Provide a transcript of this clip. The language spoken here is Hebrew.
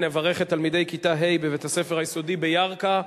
נברך את תלמידי כיתה ה' בבית-הספר היסודי בירכא,